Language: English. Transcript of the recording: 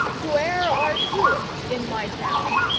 whoe'er are truest in my town,